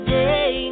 day